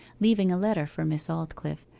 leaving a letter for miss aldclyffe,